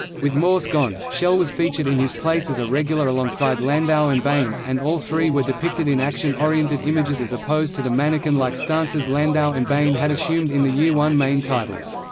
with morse gone, schell was featured in his place as a regular alongside landau and bain, bain, and all three were depicted in action-oriented images as opposed to the mannequin-like stances landau and bain had assumed in the year one main titles.